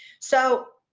so.